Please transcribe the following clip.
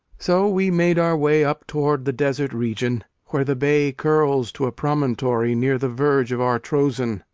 so we made our way up toward the desert region, where the bay curls to a promontory near the verge of our trozen,